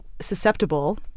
susceptible